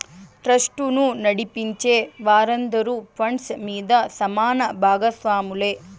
ట్రస్టును నడిపించే వారందరూ ఫండ్ మీద సమాన బాగస్వాములే